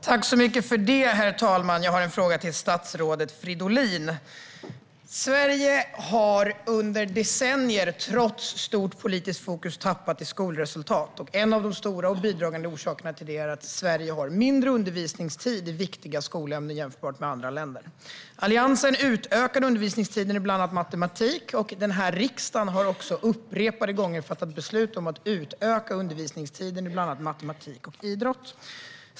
Herr talman! Jag har en fråga till statsrådet Fridolin. Trots ett stort politiskt fokus har Sverige under decennier tappat i skolresultat. En av de stora och bidragande orsakerna till det är att Sverige har mindre undervisningstid i viktiga skolämnen jämfört med andra länder. Alliansen utökade undervisningen i bland annat matematik. Riksdagen har också upprepade gånger fattat beslut om att utöka undervisningstiden i bland annat matematik och idrott.